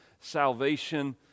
salvation